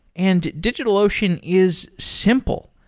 and digitalocean is simple.